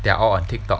they are all on TikTok